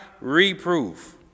reproof